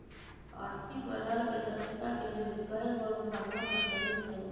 आर्थिक बजार के दक्षता के लेल कयगो अवधारणा प्रचलित हइ